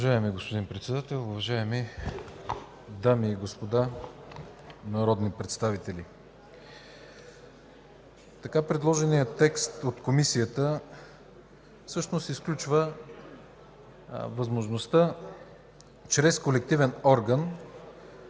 Уважаеми господин Председател, уважаеми дами и господа народни представители! Предложеният текст от Комисията всъщност изключва възможността чрез колективен орган